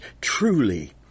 Truly